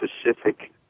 specific